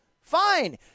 Fine